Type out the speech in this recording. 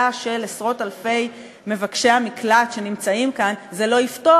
הבעיה של עשרות-אלפי מבקשי המקלט שנמצאים כאן זה לא יפתור,